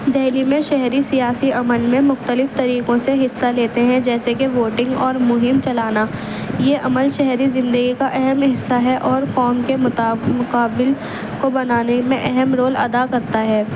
دہلی میں شہری سیاسی عمل میں مختلف طریقوں سے حصہ لیتے ہیں جیسے کہ ووٹنگ اور مہم چلانا یہ عمل شہری زندگی کا اہم حصہ ہے اور کام کے مقابل کو بنانے میں اہم رول ادا کرتا ہے